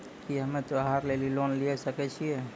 की हम्मय त्योहार लेली लोन लिये सकय छियै?